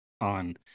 on